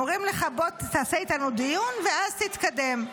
הם אומרים לך: בוא תעשה איתנו דיון ואז תתקדם.